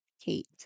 Kate